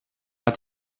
att